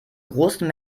großen